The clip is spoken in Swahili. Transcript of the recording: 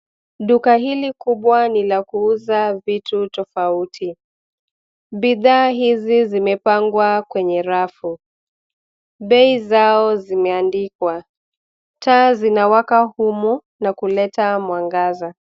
Duka hili kubwa ni la kuuza vitu tofauti. Bidhaa hizi zimepangwa kwenye rafu. Bei zao zimeandikwa. Taa zinawaka humu na kuleta mwangaza.